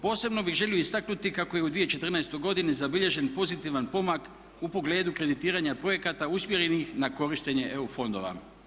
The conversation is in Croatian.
Posebno bih želio istaknuti kako je u 2014. godini zabilježen pozitivan pomak u pogledu kreditiranja projekata usmjerenih na korištenje EU fondova.